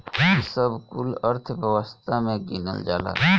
ई सब कुल अर्थव्यवस्था मे गिनल जाला